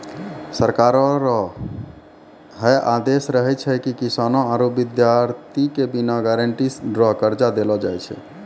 सरकारो रो है आदेस रहै छै की किसानो आरू बिद्यार्ति के बिना गारंटी रो कर्जा देलो जाय छै